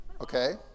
okay